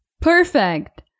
Perfect